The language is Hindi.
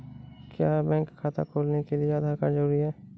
क्या बैंक खाता खोलने के लिए आधार कार्ड जरूरी है?